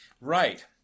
Right